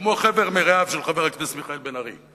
כמו חבר מרעיו של חבר הכנסת מיכאל בן-ארי.